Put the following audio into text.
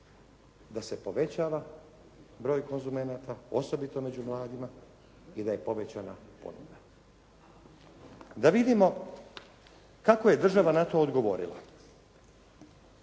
da se povećava broj konzumenata osobito među mladima i da je povećana ponuda. Da vidimo kako je država na to odgovorila.